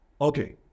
okay